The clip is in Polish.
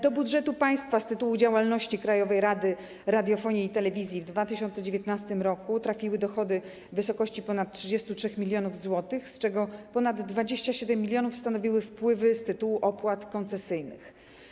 Do budżetu państwa z tytułu działalności Krajowej Rady Radiofonii i Telewizji w 2019 r. trafiły dochody w wysokości ponad 33 mln zł, z czego ponad 27 mln zł stanowiły wpływy z tytułu opłat koncesyjnych.